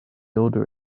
order